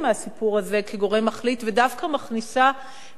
כגורם מחליט ודווקא מכניסה את הילדים,